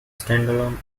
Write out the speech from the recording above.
standalone